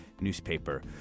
Newspaper